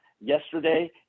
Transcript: yesterday